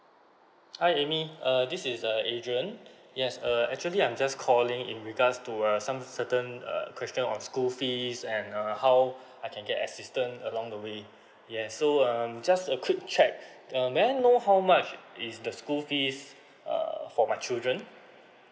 hi amy err this is err adrian yes uh actually I'm just calling in regards to uh some certain uh question on school fees and uh how I can get assistant along the way yes so um just a quick check um may I know how much is the school fees uh for my children